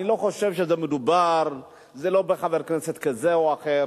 אני לא חושב שמדובר בחבר כנסת כזה או אחר,